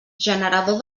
generador